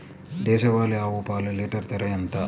దేశవాలీ ఆవు పాలు లీటరు ధర ఎంత?